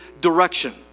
direction